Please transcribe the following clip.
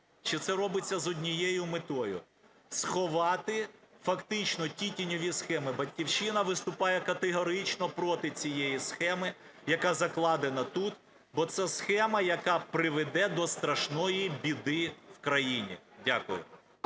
Чи це робиться з однією метою: сховати фактично ті тіньові схеми? "Батьківщина" виступає категорично проти цієї схеми, яка закладена тут. Бо це схема, яка приведе до страшної біди в країні. Дякую.